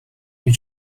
you